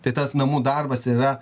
tai tas namų darbas ir yra